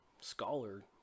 scholar